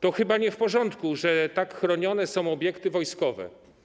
To chyba nie w porządku, że tak chronione są obiekty wojskowe.